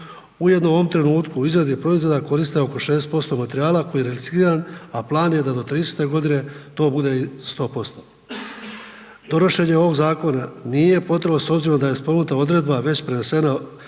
Ujedno, u ovom trenutku u izradi proizvoda koriste oko 60% materijala koji je recikliran, a plan je da do 30. g. to bude i 100%. Donošenje ovog zakona nije potrebno, s obzirom da je spomenuta odredba već prenesena